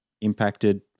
impacted